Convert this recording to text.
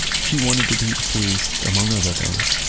she wanted to teach police among other things,